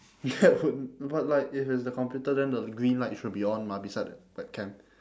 ya but but like if it's the computer then the green light should be on mah beside the webcam